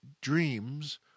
dreams